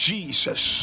Jesus